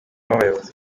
w’abayobozi